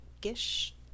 gish